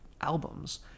albums